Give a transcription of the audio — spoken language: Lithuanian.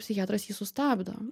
psichiatras jį sustabdo